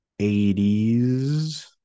80s